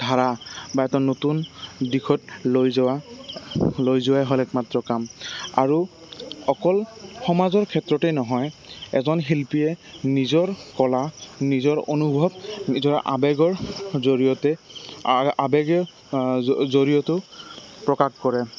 ধাৰা বা এটা নতুন দিশত লৈ যোৱা লৈ যোৱাই হ'লে একমাত্ৰ কাম আৰু অকল সমাজৰ ক্ষেত্ৰতে নহয় এজন শিল্পীয়ে নিজৰ কলা নিজৰ অনুভৱ নিজৰ আৱেগৰ জৰিয়তে আৱেগে জৰিয়তে প্ৰকাশ কৰে